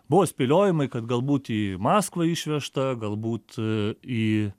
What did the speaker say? buvo spėliojimai kad galbūt į maskvą išvežta galbūt į